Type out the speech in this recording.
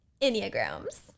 Enneagrams